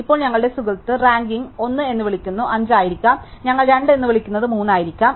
ഇപ്പോൾ ഞങ്ങളുടെ സുഹൃത്ത് റാങ്കിംഗ് ഞങ്ങൾ 1 എന്ന് വിളിക്കുന്നത് 5 ആയിരിക്കാം ഞങ്ങൾ 2 എന്ന് വിളിക്കുന്നത് 3 ആയിരിക്കാം